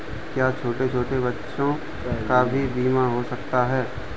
क्या छोटे छोटे बच्चों का भी बीमा हो सकता है?